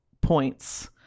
points